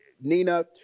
Nina